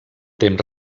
temps